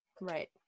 Right